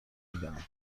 میدهند